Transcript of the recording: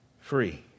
free